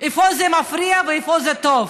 איפה זה מפריע ואיפה זה טוב.